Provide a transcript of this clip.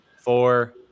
Four